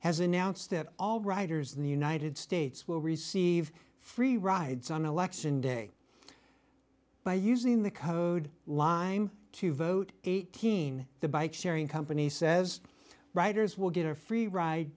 has announced that all riders in the united states will receive free rides on election day by using the code line to vote eighteen the bike sharing company says riders will get a free ride